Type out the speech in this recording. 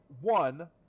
one